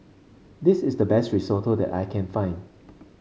this is the best Risotto that I can find